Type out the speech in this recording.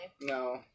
No